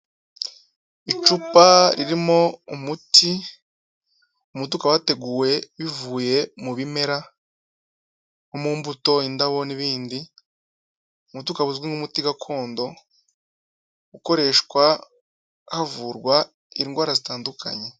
Icupa ririmo umuti, umuti ukaba wateguwe bivuye mu bimera, mu mbuto, indabo n'ibindi, umuti ukaba uzwi nk'umuti gakondo ukoreshwa havurwa indwara zitandukanye.